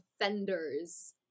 offenders